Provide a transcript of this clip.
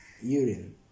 Urine